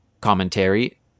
commentary